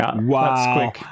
wow